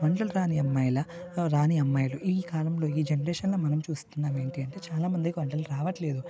వంటలు రాని అమ్మాయిల రాని అమ్మాయిలు ఈ కాలంలో ఈ జనరేషన్లో మనం చూస్తున్నాం ఏంటంటే చాలా మందికి వంటలు రావట్లేదు